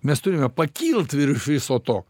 mes turime pakilt virš viso to